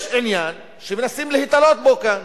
יש עניין שמנסים להיתלות בו כאן,